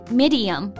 medium